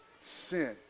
sin